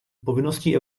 povinností